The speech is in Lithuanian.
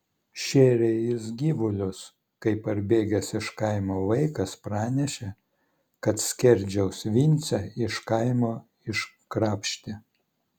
šėrė jis gyvulius kai parbėgęs iš kaimo vaikas pranešė kad skerdžiaus vincę iš kaimo iškrapštė